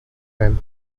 and